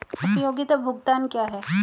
उपयोगिता भुगतान क्या हैं?